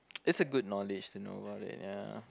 it's a good knowledge to know about it ya